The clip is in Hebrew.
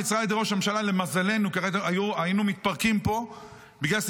היו"ר משה סולומון: בבקשה,